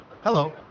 hello